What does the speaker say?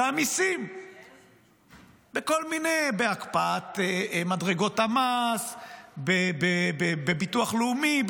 והמיסים בהקפאת מדרגות המס בביטוח לאומי,